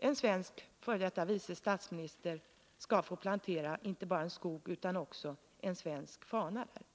en svensk f. d. statsminister skall få inte bara plantera skog utan också sätta ned en svensk fana på denna mark.